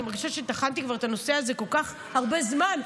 אני מרגישה שכבר טחנתי את הנושא הזה כל כך הרבה זמן,